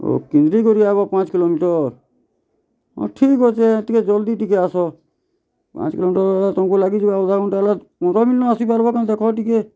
ଓ କିନ୍ଦ୍ରି କରି ଆଏବ ପାଞ୍ଚ୍ କିଲୋମିଟର୍ ହଁ ଠିକ୍ ଅଛେ ଟିକେ ଜଲ୍ଦି ଟିକେ ଆସ ପାଞ୍ଚ କିଲୋମିଟର୍ ବେଲେ ତମ୍କୁ ଲାଗିଯିବା ଅଧାଘଣ୍ଟା ହେଲେ ପନ୍ଦ୍ର ମିନିଟ୍ ନ ଆସି ପାର୍ବ ଦେଖ ଟିକେ